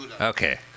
Okay